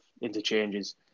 interchanges